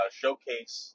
showcase